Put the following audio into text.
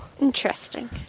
Interesting